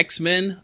X-Men